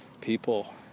people